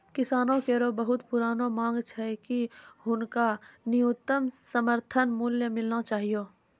किसानो केरो बहुत पुरानो मांग छै कि हुनका न्यूनतम समर्थन मूल्य मिलना चाहियो